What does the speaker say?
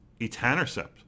etanercept